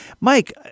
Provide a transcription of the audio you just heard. Mike